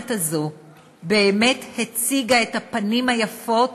המערכת הזאת באמת הציגה את הפנים היפות,